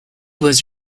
was